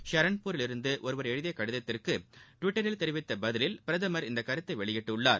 ஷரண்பூரிலிருந்து ஒருவர் எழுதிய கடிதத்துக்கு டிவிட்டரில் தெரிவித்த பதிலில் பிரதமர் இந்த கருத்தை வெளியிட்டுள்ளார்